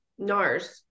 NARS